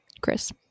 chris